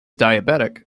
diabetic